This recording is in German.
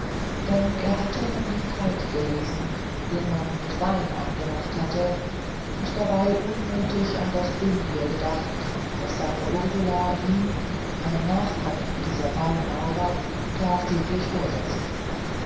denn er hatte von dem kalk gelesen den man mit wein angemacht habe und hatte dabei unmutig an das dünnbier gedacht das seine ursula ihm einem nachkommen dieser weinmaurer tagtäglich vorsetzte